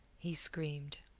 he screamed.